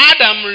Adam